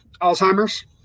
Alzheimer's